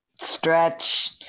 Stretch